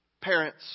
Parents